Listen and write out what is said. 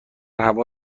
هوا